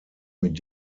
mit